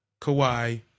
Kawhi